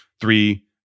three